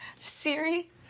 Siri